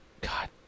God